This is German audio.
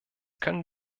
können